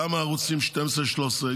גם ערוצים 12 ו-13,